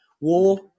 War